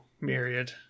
Myriad